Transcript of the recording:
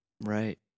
Right